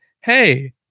Hey